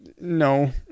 No